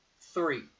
three